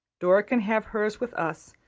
dora can have hers with us,